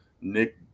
Nick